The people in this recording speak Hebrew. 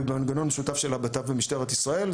ובמנגנון משותף של הבט"פ ומשטרת ישראל.